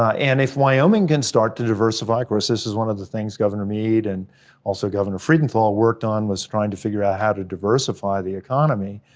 ah and if wyoming can start to diversify, of course, this is one of the things governor mead and also governor freudenthal's worked on was trying to figure out how to diversify the economy.